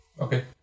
Okay